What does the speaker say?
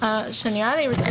לתוצאה הטובה.